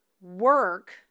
work